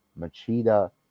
Machida